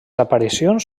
aparicions